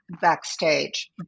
backstage